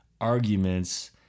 arguments